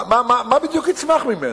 מה בדיוק יצמח ממנו?